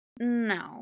No